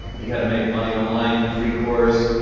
he had to make money online, free course.